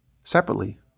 separately